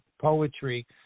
poetry